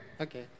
Okay